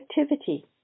activity